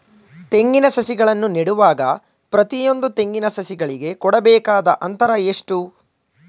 ತೆಂಗಿನ ಸಸಿಗಳನ್ನು ನೆಡುವಾಗ ಪ್ರತಿಯೊಂದು ತೆಂಗಿನ ಸಸಿಗಳಿಗೆ ಕೊಡಬೇಕಾದ ಅಂತರ ಎಷ್ಟು?